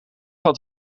had